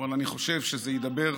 אבל אני חושב שזה ידבר,